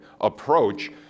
approach